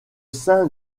sein